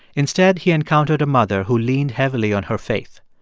instead, he encountered a mother who leaned heavily on her faith.